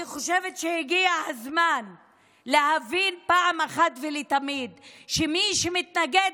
אני חושבת שהגיע הזמן להבין פעם אחת ולתמיד שמי שמתנגד